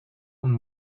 one